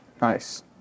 Nice